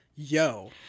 Yo